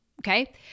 Okay